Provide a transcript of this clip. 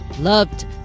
loved